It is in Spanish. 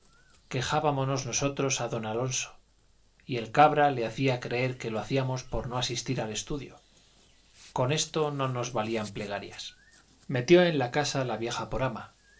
quejábamonos nosotros a don alonso y el cabra le hacía creer que lo hacíamos por no asistir al estudio con esto no nos valían plegarias metió en casa la vieja por ama